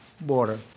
border